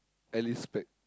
Alice-pack